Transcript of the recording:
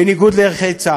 בניגוד לערכי צה"ל.